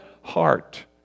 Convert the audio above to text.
heart